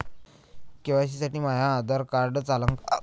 KYC साठी माह्य Aadhaar card चालन का?